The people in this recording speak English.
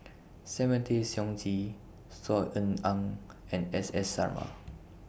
Simon Tay Seong Chee Saw Ean Ang and S S Sarma